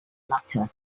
latter